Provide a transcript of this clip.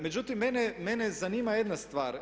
Međutim, mene zanima jedna stvar.